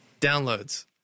downloads